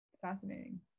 fascinating